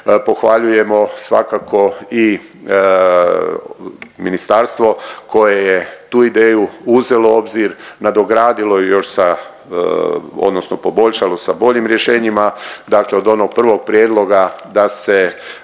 Pohvaljujemo svakako i ministarstvo koje je tu ideju uzelo u obzir, nadogradilo ju još sa odnosno poboljšalo sa boljim rješenjima, dakle od onog prvog prijedloga da se